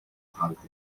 dħalt